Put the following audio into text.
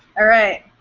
alright.